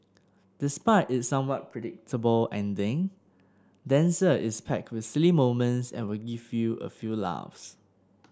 despite its somewhat predictable ending dancer is packed with silly moments and will give you a few laughs